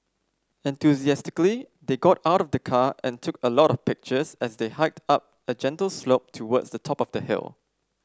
enthusiastically they got out of the car and took a lot of pictures as they hiked up a gentle slope towards the top of the hill